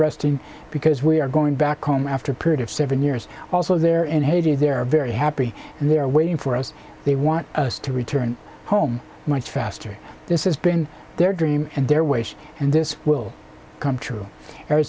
resting because we are going back home after a period of seven years also there in haiti they're very happy and they are waiting for us they want to return home much faster this is been their dream and their ways and this will come true e